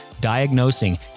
diagnosing